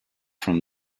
from